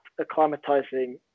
acclimatizing